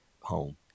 home